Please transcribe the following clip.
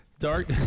Dark